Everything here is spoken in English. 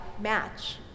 match